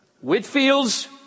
Whitfield's